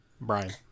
Brian